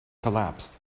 collapsed